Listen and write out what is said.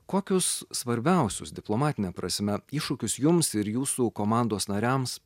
kokius svarbiausius diplomatine prasme iššūkius jums ir jūsų komandos nariams